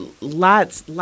lots